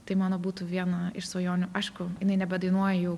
tai mano būtų viena iš svajonių aišku jinai nebedainuoja jau